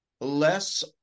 less